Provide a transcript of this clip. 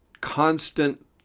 constant